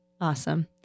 Awesome